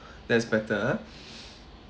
that's better